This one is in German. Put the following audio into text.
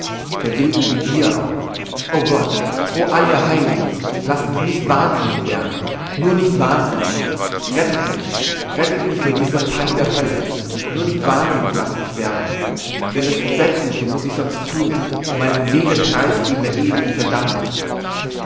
der wilden begier auf o gott o all ihr heiligen laßt mich nicht wahnsinnig werden nur nicht wahnsinnig rettet mich rettet mich von dieser pein der hölle nur nicht wahnsinnig laßt mich werden denn das entsetzliche muß ich sonst tun und meine seele preisgeben der ewigen verdammnis